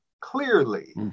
clearly